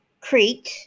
Crete